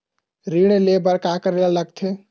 ऋण ले बर का करे ला लगथे?